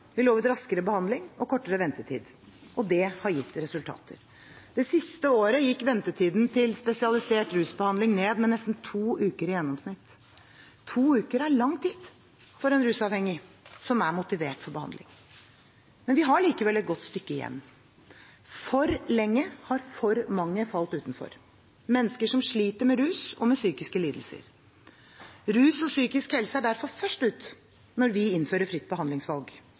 Vi lovet raskere behandling og kortere ventetid. Det har gitt resultater. Det siste året gikk ventetiden til spesialisert rusbehandling ned med nesten to uker i gjennomsnitt. To uker er lang tid for en rusavhengig som er motivert for behandling. Vi har likevel et godt stykke igjen. For lenge har for mange falt utenfor – mennesker som sliter med rus og med psykiske lidelser. Rus og psykisk helse er derfor først ut når vi innfører fritt behandlingsvalg.